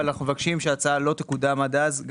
אבל אנחנו מבקשים שההצעה לא תקודם עד אז.